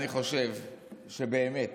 אני חושב שבאמת